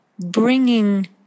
bringing